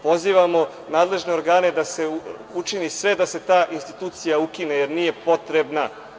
Pozivamo nadležne organe da se učini sve da se ta institucija ukine jer nije potrebna.